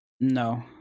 No